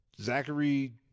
zachary